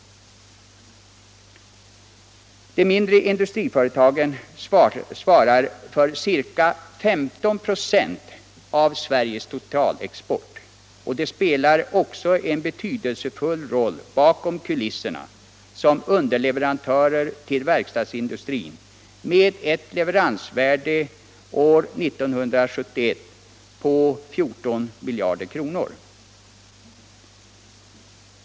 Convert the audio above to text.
De mindre industriföretagen svarar för ca 15 96 av Sveriges totalexport, och de spelar också en betydelsefull roll ”bakom kulisserna” som underleverantörer till verkstadsindustrin med ett leveransvärde år 1971 på 14 miljarder kronor.